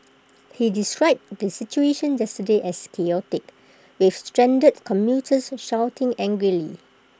he described the situation yesterday as chaotic with stranded commuters shouting angrily